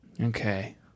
Okay